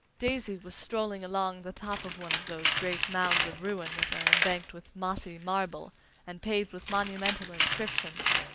daisy was strolling along the top of one of those great mounds of ruin that are embanked with mossy marble and paved with monumental inscriptions.